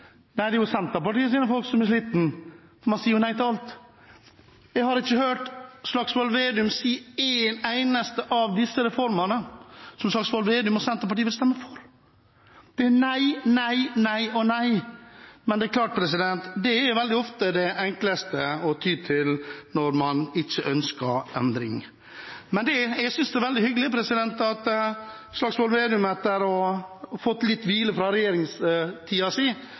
for man sier jo nei til alt. Jeg har ikke hørt Slagsvold Vedum si at han og Senterpartiet vil stemme for en eneste av disse reformene. Det er nei, nei, nei og nei. Men det er klart, det er veldig ofte det enkleste å ty til når man ikke ønsker endring. Jeg synes det er veldig hyggelig at Slagsvold Vedum har fått litt hvile